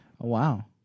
Wow